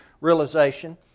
realization